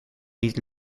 niet